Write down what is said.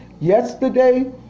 yesterday